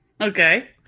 okay